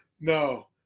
No